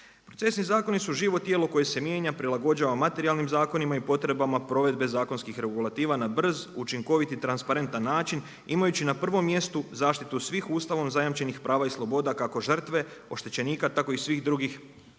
Procesni zakoni su živo tijelo koje se mijenja, prilagođava materijalnim zakonima i potrebama provedbe zakonskih regulativa na brz, učinkovit i transparentan način imajući na prvom mjestu zaštitu svih Ustavom zajamčenih prava i sloboda kako žrtve, oštećenika tako i svih drugi stranaka